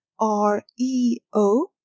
R-E-O